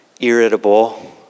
irritable